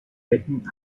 decken